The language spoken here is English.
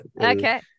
Okay